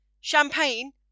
Champagne